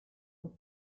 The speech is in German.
und